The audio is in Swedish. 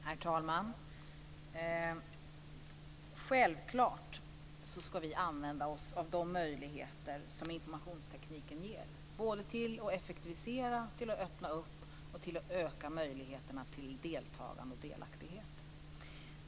Herr talman! Självklart ska vi använda oss av de möjligheter som informationstekniken ger till att effektivisera, till att öppna upp och till att öka möjligheterna till deltagande och delaktighet.